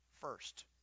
first